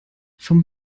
vom